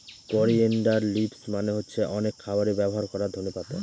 coriander leaves মানে হচ্ছে অনেক খাবারে ব্যবহার করা ধনে পাতা